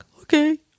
okay